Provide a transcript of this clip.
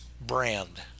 brand